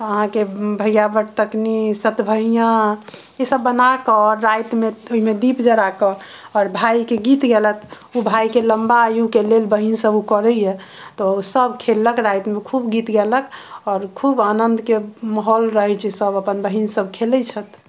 अहाँके भैया बटतकनी सतभैया इसब बनाके राति मे ओहिमे दीप जरा के आओर भाई के गीत गेलैथ ओ भाई के लम्बा आयु के लेल बहिन सब ओ करैया तऽ सब खेललक राति मे खूब गीत गेलक आओर खूब आनन्द के माहौल रहै छै सब अपन बहिन सब खेलय छैथ